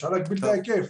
אפשר להגביל את ההיקף.